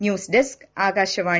news desk Akashvani